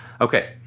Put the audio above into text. Okay